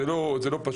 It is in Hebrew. זה לא פשוט,